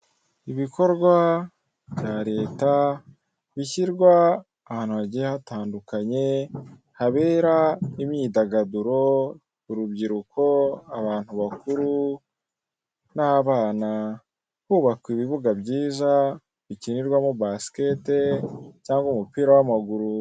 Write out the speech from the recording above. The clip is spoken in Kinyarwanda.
Ibikorwa bya leta bishyirwa ahantu hagiye hatandukanye habera imyidagaduro, urubyiruko, abantu bakuru, n'abana hubakwa ibibuga byiza bikinirwamo basikete cyangwa umupira w'amaguru.